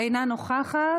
אינה נוכחת.